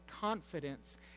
confidence